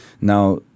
Now